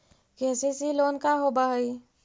KCC loan का होब हइ?